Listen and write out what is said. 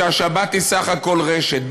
כשהשבת היא בסך הכול רשת,